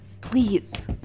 Please